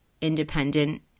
independent